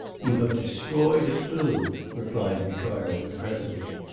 you have destroyed a clue, replied ricardo impressively.